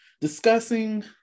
discussing